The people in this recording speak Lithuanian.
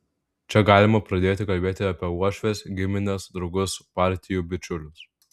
čia galima pradėti kalbėti apie uošves gimines draugus partijų bičiulius